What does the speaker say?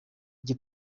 igi